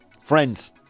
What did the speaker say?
friends